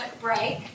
break